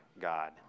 God